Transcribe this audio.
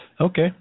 Okay